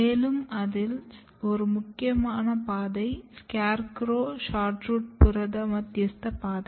மேலும் அதில் ஒரு முக்கியமான பாதை SCARECROW SHORTROOT புரத மத்தியஸ்த பாதை